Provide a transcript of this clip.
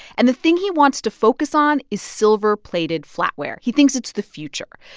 and the thing he wants to focus on is silver-plated flatware. he thinks it's the future.